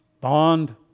bond